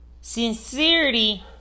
Sincerity